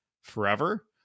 forever